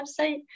website